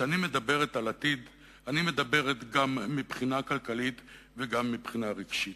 כשאני מדברת על עתיד אני מדברת גם מבחינה כלכלית וגם מבחינה רגשית.